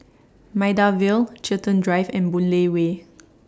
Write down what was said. Maida Vale Chiltern Drive and Boon Lay Way